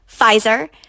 Pfizer